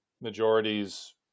majorities